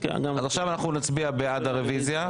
אז עכשיו אנחנו נצביע בעד הרוויזיה.